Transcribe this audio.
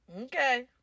Okay